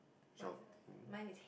shout